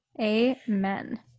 Amen